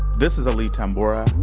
this is aly tamboura,